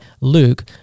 Luke